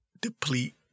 deplete